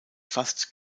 fast